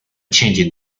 changing